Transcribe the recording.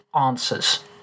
answers